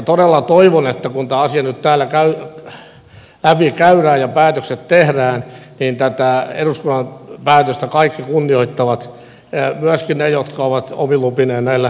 todella toivon että kun tämä asia nyt täällä läpi käydään ja päätökset tehdään niin tätä eduskunnan päätöstä kaikki kunnioittavat myöskin ne jotka ovat omine lupineen näillä tarhoilla käyneet